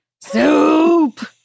soup